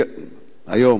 היום